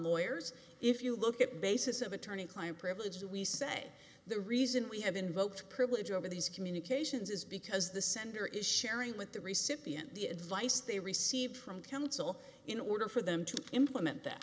lawyers if you look at basis of attorney client privilege as we say the reason we have invoked privilege over these communications is because the sender is sharing with the recipient the advice they received from counsel in order for them to implement that